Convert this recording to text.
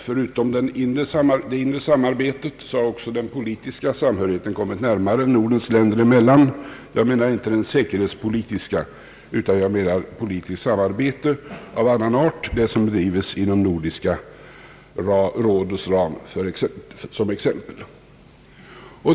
Förutom det inre samarbetet har också den politiska samhörigheten fört Nordens länder närmare. Jag menar inte ett säkerhetspolitiskt samarbete, utan politiskt samarbete av annan art, t.ex. det som bedrives inom Nordiska rådets ram.